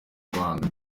rwanda